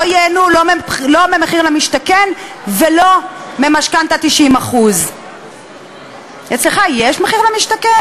לא ייהנו לא ממחיר למשתכן ולא ממשכנתה 90%. אצלך יש מחיר למשתכן,